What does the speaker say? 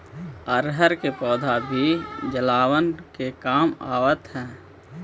अरहर के पौधा भी जलावन के काम आवऽ हइ